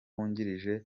wungirije